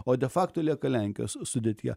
o de facto lieka lenkijos sudėtyje